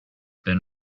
ben